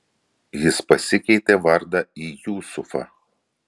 jis pasikeitė vardą į jusufą